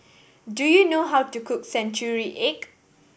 do you know how to cook century egg